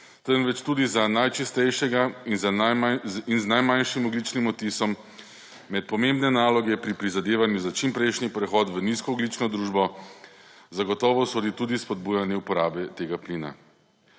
temveč tudi za najčistejšega in z najmanjšim ogljičnim odtisom, med pomembne naloge pri prizadevanju za čimprejšnji prehod v nizkoogljično družbo zagotovo sodi tudi spodbujanje uporabe tega plina.